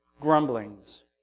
grumblings